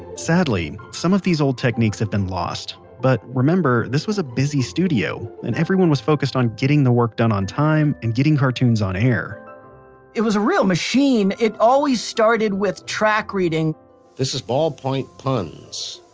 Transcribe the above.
sadly, some of the old techniques have been lost. but remember, this was a busy studio, and everyone was focused on getting the work done on time and getting cartoons on air it was a real machine. it always started with track reading this is ballpoint puns,